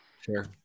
Sure